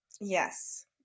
Yes